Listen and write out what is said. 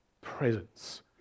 presence